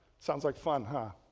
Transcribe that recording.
sounds like fun, huh?